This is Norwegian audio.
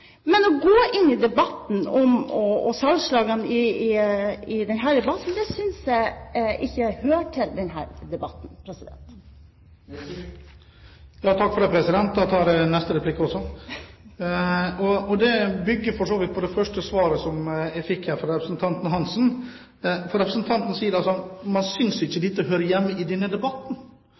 salgslagene synes jeg ikke hører til denne debatten. Da tar jeg neste replikk også. Den bygger for så vidt på det første svaret jeg fikk fra representanten Lillian Hansen. Representanten sier at hun synes ikke dette hører hjemme i denne debatten.